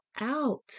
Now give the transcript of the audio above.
out